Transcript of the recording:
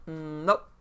Nope